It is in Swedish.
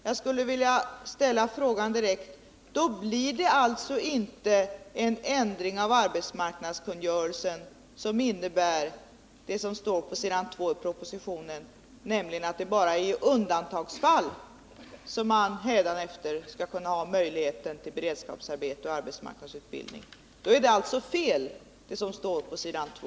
Jag skulle vilja ställa frågan direkt: Blir det alltså inte en ändring av arbetsmarknadskungörelsen, som innebär det som står på s. 2 i propositionen, nämligen att det bara är i undantagsfall som man hädanefter skall ha möjligheten till beredskapsarbete och arbetsmarknadsutbildning? Då är det alltså fel, det som står på s. 2!